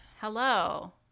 Hello